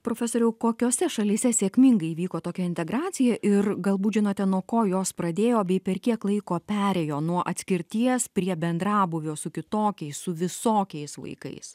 profesoriau kokiose šalyse sėkmingai įvyko tokia integracija ir galbūt žinote nuo ko jos pradėjo bei per kiek laiko perėjo nuo atskirties prie bendrabūvio su kitokiais su visokiais vaikais